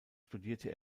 studierte